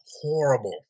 horrible